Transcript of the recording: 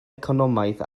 economaidd